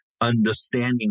understanding